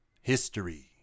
history